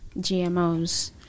GMOs